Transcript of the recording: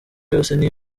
yose